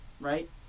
right